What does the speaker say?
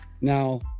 Now